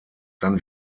dann